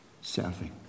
serving